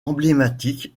emblématique